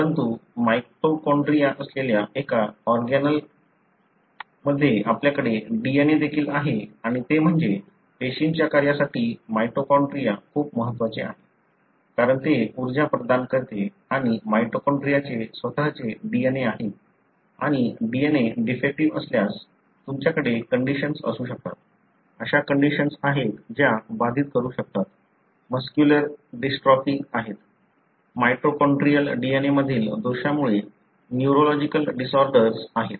परंतु माइटोकॉन्ड्रिया असलेल्या एका ऑर्गेनाल मध्ये आपल्याकडे DNA देखील आहे आणि ते म्हणजे पेशींच्या कार्यासाठी माइटोकॉन्ड्रिया खूप महत्वाचे आहे कारण ते ऊर्जा प्रदान करते आणि माइटोकॉन्ड्रियाचे स्वतःचे DNA आहे आणि DNA डिफेक्टीव्ह असल्यास तुमच्याकडे कंडिशन्स असू शकतात अशा कंडिशन्स आहे ज्या बाधित करू शकतात मस्क्युलर डिस्ट्रॉफी आहेत माइटोकॉन्ड्रियल DNA मधील दोषामुळे न्यूरोलॉजिकल डिसऑर्डर्स आहेत